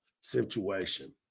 situation